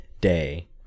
day